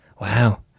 Wow